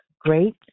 great